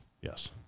Yes